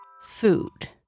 food